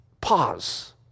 Pause